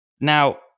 Now